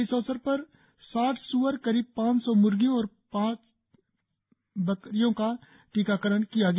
इस अवसर पर साठ स्अर करीब पांच सौ म्र्गियों और पचास बकरियों का टीकाकरण किया गया